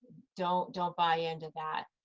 don't don't buy into that.